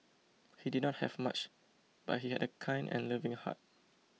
he did not have much but he had a kind and loving heart